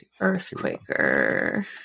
Earthquaker